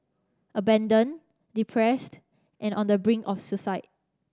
abandoned depressed and on the brink of suicide